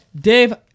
Dave